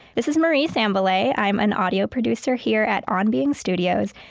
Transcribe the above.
this is marie sambilay. i'm an audio producer here at on being studios.